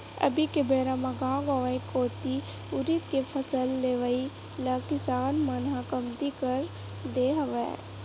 अभी के बेरा म गाँव गंवई कोती उरिद के फसल लेवई ल किसान मन ह कमती कर दे हवय